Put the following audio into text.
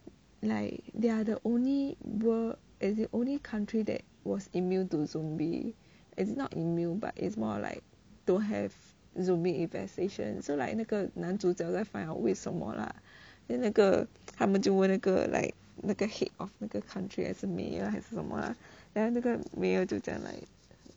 like they are the only world as the only country that was immune to zombie as in not immune but it's more like don't have zombie infestation so like 那个男主角 like find out 为什么 lah then 那个他们就问那个 like 那个 head of 那个 country 还是 mayor 还是什么 then 那个 mayor 就讲 like